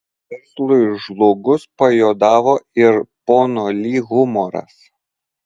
verslui žlugus pajuodavo ir pono li humoras